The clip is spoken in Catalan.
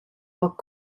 poc